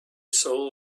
soul